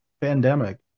pandemic